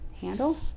handle